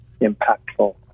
impactful